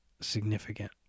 significant